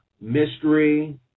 mystery